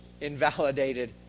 invalidated